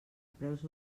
preus